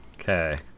Okay